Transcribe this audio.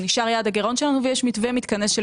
הוא נשאר יעד הגירעון שלנו ויש מתווה מתכנס של